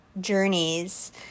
journeys